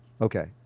Okay